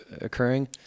occurring